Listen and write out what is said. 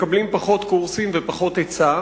מקבלים פחות קורסים ופחות היצע,